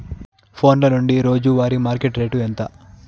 ఫోన్ల నుండి రోజు వారి మార్కెట్ రేటు ఎంత?